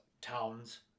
towns